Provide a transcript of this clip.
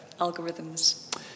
algorithms